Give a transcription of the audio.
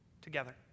together